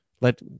let